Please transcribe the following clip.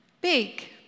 Big